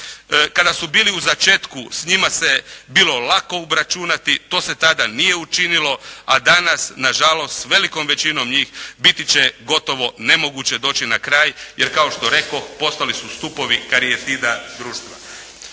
Kada su bili u začetku, s njima se bilo lako obračunati. To se tada nije učinilo, a danas nažalost s velikom većinom njih biti će gotovo nemoguće doći na kraj, jer kao što rekoh postali su stupovi … /Govornik